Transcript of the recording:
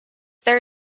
there